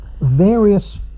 various